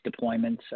deployments